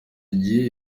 gihe